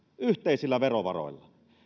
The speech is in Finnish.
yhteisillä verovaroilla